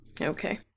okay